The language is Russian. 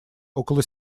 около